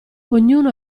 ognuno